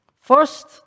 First